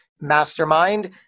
Mastermind